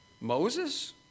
Moses